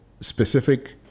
specific